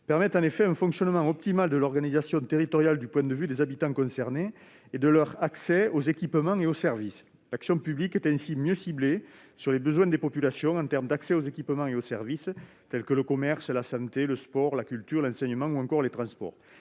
permettent en effet un fonctionnement optimal de l'organisation territoriale du point de vue de l'accès des habitants aux équipements et aux services. L'action publique est ainsi mieux ciblée sur les besoins des populations en matière d'accès aux équipements et services tels que le commerce, la santé, le sport, la culture, l'enseignement ou encore les transports.